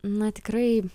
na tikrai